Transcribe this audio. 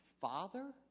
Father